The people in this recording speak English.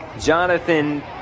Jonathan